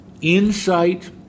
insight